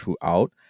throughout